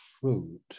fruit